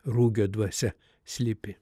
rugio dvasia slypi